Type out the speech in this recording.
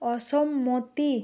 অসম্মতি